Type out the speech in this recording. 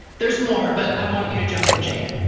there's more but i want you to jump in, cenk.